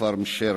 מכפר מושרייפה.